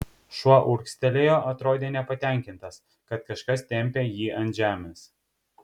šuo urgztelėjo atrodė nepatenkintas kad kažkas tempia jį ant žemės